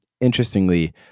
interestingly